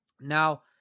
now